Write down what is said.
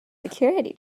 security